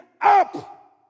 up